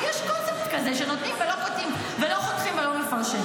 יש קונספט כזה שנותנים ולא קוטעים ולא חותכים ולא מפרשנים.